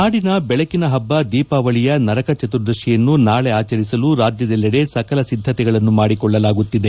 ನಾದಿನ ಬೆಳಕಿನ ಹಬ್ಬ ದೀಪಾವಳಿಯ ನರಕ ಚತುರ್ದಶಿಯನ್ನು ನಾಳಿ ಆಚರಿಸಲು ರಾಜ್ಯದೆಲ್ಲಡ್ಲೆ ಸಕಲ ಸಿದ್ದತೆಗಳನ್ನು ಮಾಡಿಕೊಳ್ಳಲಾಗುತ್ತಿದೆ